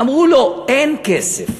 אמרו: לא, אין כסף.